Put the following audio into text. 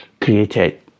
created